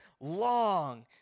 long